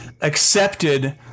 accepted